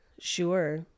Sure